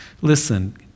Listen